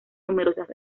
numerosas